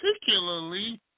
particularly